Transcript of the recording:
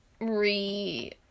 re